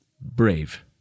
Brave